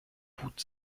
hut